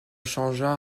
changea